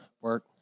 work